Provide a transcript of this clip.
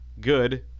Good